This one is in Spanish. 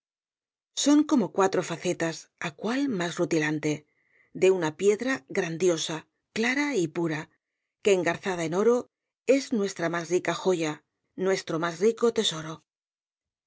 son como cuatro facetas á cual más rutilante de una piedra grandiosa clara y pura que engarzada en oro es nuestra más rica joya nuestro más rico tesoro